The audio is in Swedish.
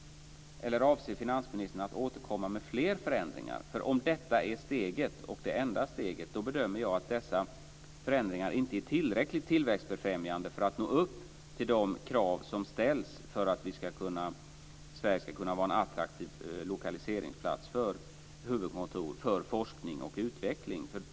Eller avser finansministern att återkomma med fler förändringar? Om detta är steget, och det enda steget, bedömer jag att dessa förändringar inte är tillräckligt tillväxtbefrämjande för att nå upp till de krav som ställs för att Sverige ska kunna vara en attraktiv lokaliseringsplats för huvudkontor för forskning och utveckling.